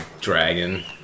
dragon